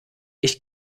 ich